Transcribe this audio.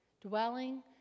Dwelling